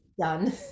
done